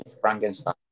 Frankenstein